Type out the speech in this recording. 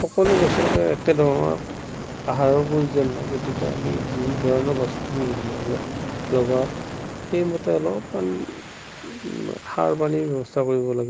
সকলো গছকে একে ধৰণৰ আহাৰৰ প্ৰয়োজন নাই গতিকে আমি যি ধৰণৰ গছ পুলি ল লগাওঁ সেইমতে অলপমান সাৰ পানীৰ ব্যৱস্থা কৰিব লাগে